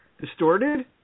distorted